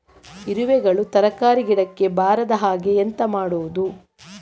ಇರುವೆಗಳು ತರಕಾರಿ ಗಿಡಕ್ಕೆ ಬರದ ಹಾಗೆ ಎಂತ ಮಾಡುದು?